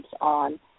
on